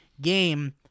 game